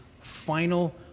final